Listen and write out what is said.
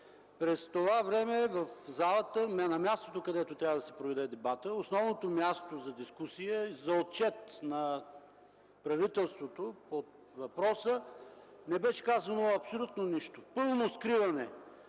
През това време в залата (на мястото, където трябва да се проведе дебатът, основното място за дискусия и за отчет на правителството по въпроса) не беше казано абсолютно нищо. Пълно скриване